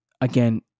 Again